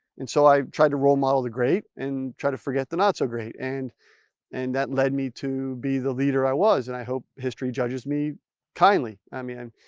and so, i tried to role model the great and try to forget the not so great and and that led me to be the leader, i was. i hope history judges me kindly, i mean,